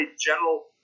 general